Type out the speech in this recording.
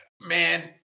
man